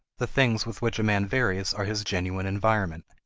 the things with which a man varies are his genuine environment.